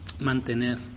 mantener